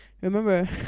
remember